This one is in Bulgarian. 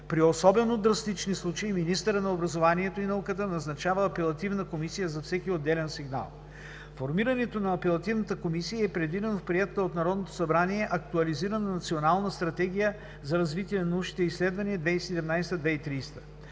При особено драстични случаи министърът на образованието и науката назначава Апелативна комисия за всеки отделен сигнал. Формирането на Апелативната комисия е предвидено в приетата от Народното събрание Актуализирана Национална стратегия за развитие на научните изследвания 2017 – 2030.